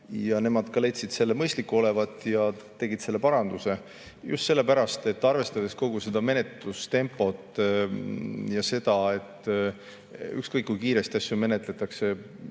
nemad leidsid selle mõistliku olevat ja tegid selle paranduse. Just sellepärast, et arvestades kogu seda menetlustempot ja seda, et ükskõik kui kiiresti asju menetletakse,